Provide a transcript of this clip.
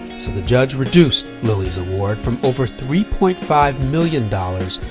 so the judge reduced lilly's award, from over three point five million dollars,